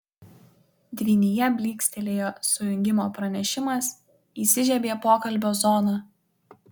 dvynyje blykstelėjo sujungimo pranešimas įsižiebė pokalbio zona